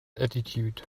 attitude